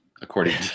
according